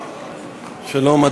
שלום,